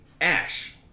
Ash